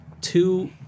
two